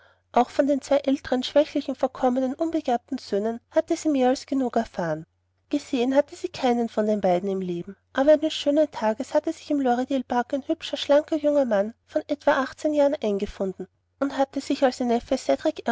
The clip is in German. auch von den zwei älteren schwächlichen verkommenen unbegabten söhnen hatte sie mehr als genug erfahren gesehen hatte sie keinen von beiden im leben aber eines schönen tages hatte sich in lorridaile park ein hübscher schlanker junger mensch von etwa achtzehn jahren eingefunden und hatte sich ihr als ihr